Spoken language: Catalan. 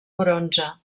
bronze